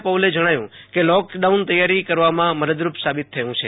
Paul જણાવ્યુ કે lockdown તૈયારી કરવામાં મદદરૂપ સાબિત થયુ છે